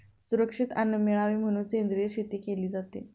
सुरक्षित अन्न मिळावे म्हणून सेंद्रिय शेती केली जाते